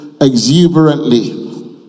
exuberantly